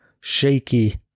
shaky